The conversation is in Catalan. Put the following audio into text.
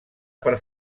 per